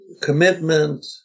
commitment